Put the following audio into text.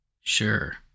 Sure